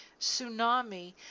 tsunami